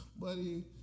buddy